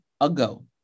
ago